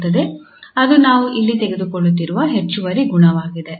ಅದು ನಾವು ಇಲ್ಲಿ ತೆಗೆದುಕೊಳ್ಳುತ್ತಿರುವ ಹೆಚ್ಚುವರಿ ಗುಣವಾಗಿದೆ